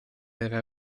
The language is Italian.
era